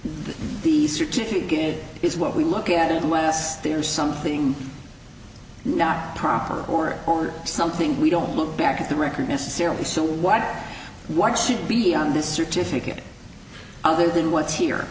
the certificate is what we look at it unless there's something not proper or something we don't look back at the record necessarily so what what should be on this certificate other than what's here